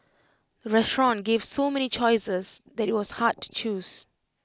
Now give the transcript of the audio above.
the restaurant gave so many choices that IT was hard to choose